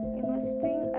investing